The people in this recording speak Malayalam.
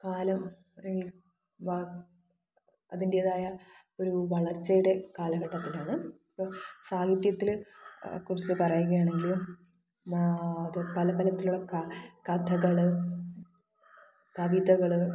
കാലം വ അതിൻറ്റേതായ ഒരു വളർച്ചയുടെ കാലഘട്ടത്തിലാണ് ഇപ്പോൾ സാഹിത്യത്തിൽ കുറിച്ച് പറയുകയാണെങ്കിൽ മാ അത് പലപലത്തിലുള്ള ക കഥകൾ കവിതകൾ